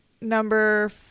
number